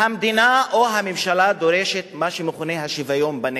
המדינה או הממשלה דורשת מה שמכונה "השוויון בנטל",